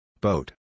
Boat